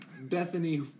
Bethany